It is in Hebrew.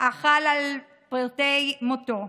החל על פרטי מותו?